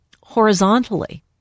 horizontally